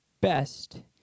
best